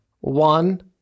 one